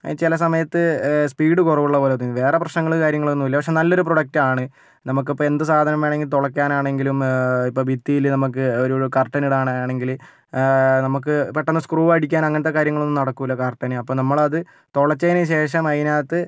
ചില സമയത്ത് സ്പീഡ് കുറവുള്ളത് പോലെ തോന്നും വേറെ പ്രശ്നങ്ങളും കാര്യങ്ങളൊന്നും ഇല്ല പക്ഷെ നല്ലൊരു പ്രൊഡക്റ്റാണ് നമുക്കിപ്പോൾ എന്ത് സാധനം വേണമെങ്കിലും തുളയ്ക്കാൻ ആണെങ്കിലും ഇപ്പോൾ ഭിത്തിയിൽ നമുക്ക് ഒരു കർട്ടൻ ഇടാൻ ആണെങ്കിലും നമുക്ക് പെട്ടെന്ന് സ്ക്രൂ അടിക്കാൻ അങ്ങനത്തെ കാര്യങ്ങൾ ഒന്നും നടക്കൂല കർട്ടന് അപ്പം നമ്മളത് തുളച്ചതിനുശേഷം അതിനകത്ത്